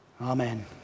Amen